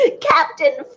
Captain